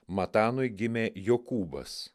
matanui gimė jokūbas